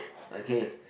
okay